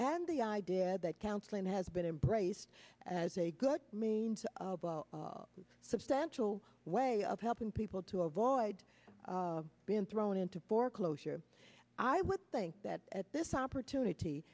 and the idea that counseling has been embraced as a good means substantial way of helping people to avoid being thrown into foreclosure i would think that at this opportunity